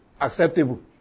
acceptable